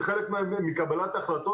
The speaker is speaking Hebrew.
וחלק מהם בקבלת החלטות,